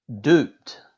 duped